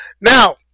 Now